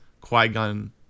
Qui-Gon